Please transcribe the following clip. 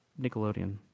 nickelodeon